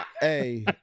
hey